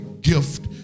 gift